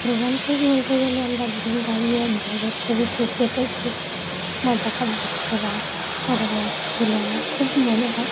romantic বলতে গেলে আমরা দুজন দাঁড়িয়ে এক জায়গায় ছবি তুুলছি এটাই খুব মজাকার দৃশ্য বা রোমান্টিক বলে আমার খুব মনে হয়